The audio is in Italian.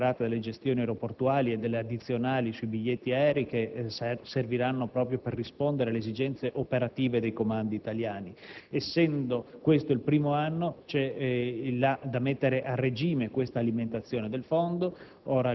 generate dalle gestioni aeroportuali e dalle addizionali sui biglietti aerei, che servirà per rispondere alle esigenze operative dei comandi italiani. Essendo questo il primo anno, c'è da mettere a regime il finanziamento del fondo,